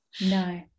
No